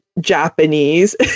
japanese